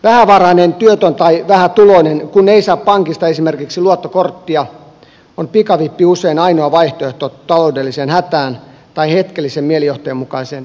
vähävarainen työtön tai vähätuloinen kun ei saa pankista esimerkiksi luottokorttia on pikavippi usein ainoa vaihtoehto taloudelliseen hätään tai hetkellisen mielijohteen mukaiseen törsäämiseen